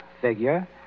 figure